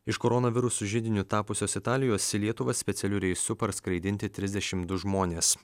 iš koronavirusu židiniu tapusios italijos į lietuvą specialiu reisu parskraidinti trisdešimt du žmonės